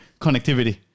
connectivity